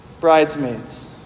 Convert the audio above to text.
bridesmaids